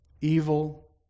evil